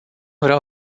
vreau